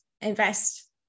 invest